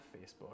Facebook